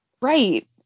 right